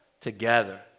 together